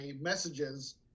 messages